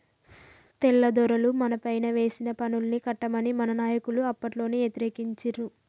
తెల్లదొరలు మనపైన వేసిన పన్నుల్ని కట్టమని మన నాయకులు అప్పట్లోనే యతిరేకించిండ్రు